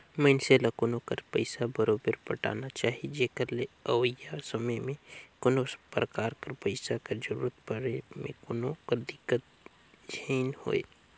मइनसे ल लोन कर पइसा बरोबेर पटाना चाही जेकर ले अवइया समे में कोनो परकार कर पइसा कर जरूरत परे में कोनो कर दिक्कत झेइन होए